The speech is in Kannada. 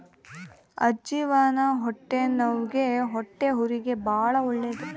ಅಜ್ಜಿವಾನ ಹೊಟ್ಟೆನವ್ವಿಗೆ ಹೊಟ್ಟೆಹುರಿಗೆ ಬಾಳ ಒಳ್ಳೆದು